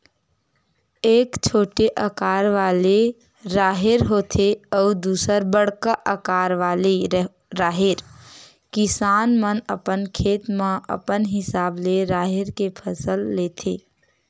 एक छोटे अकार वाले राहेर होथे अउ दूसर बड़का अकार वाले राहेर, किसान मन अपन खेत म अपन हिसाब ले राहेर के फसल लेथे